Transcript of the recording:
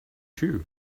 too